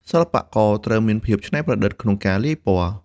សិល្បករត្រូវមានភាពច្នៃប្រឌិតក្នុងការលាយពណ៌។